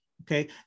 Okay